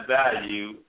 value